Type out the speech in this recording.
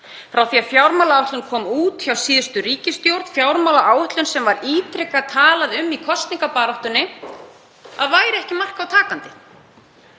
frá því að fjármálaáætlun kom út hjá síðustu ríkisstjórn, fjármálaáætlun sem var ítrekað talað um í kosningabaráttunni að væri ekki mark á takandi,